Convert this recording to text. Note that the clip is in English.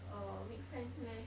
uh make friends meh